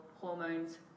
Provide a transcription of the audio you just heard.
hormones